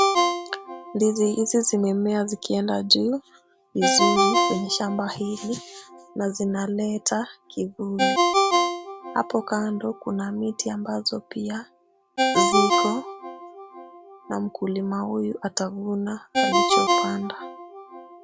Ndizi hizi zimemea zikienda juu vizuri kwenye shamba hili na zinaleta kivuli. Hapo kando kuna miti ambazo pia ziko na mkulima huyu atavuna alichopanda.